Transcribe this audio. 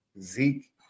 Zeke